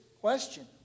question